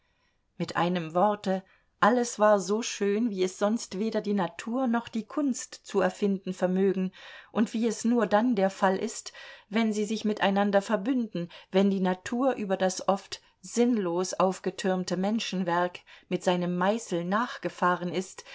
mit einem worte alles war so schön wie es sonst weder die natur noch die kunst zu erfinden vermögen und wie es nur dann der fall ist wenn sie sich miteinander verbünden wenn die natur über das oft sinnlos aufgetürmte menschenwerk mit seinem meißel nachgefahren ist